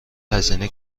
هزینه